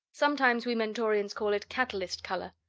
sometimes we mentorians call it catalyst color.